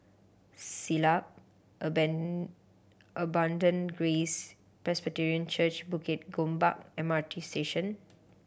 Siglap Abundant Grace Presbyterian Church Bukit Gombak M R T Station